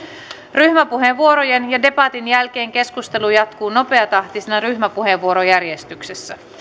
ryhmäpuheenvuorojen ja debatin jälkeen keskustelu jatkuu nopeatahtisena ryhmäpuheenvuorojärjestyksessä